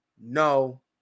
no